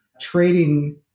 trading